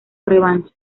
revancha